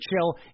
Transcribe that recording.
chill